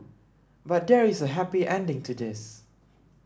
but there is a happy ending to this